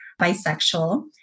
bisexual